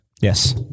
Yes